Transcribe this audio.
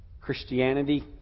Christianity